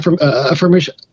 affirmation